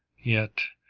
yet,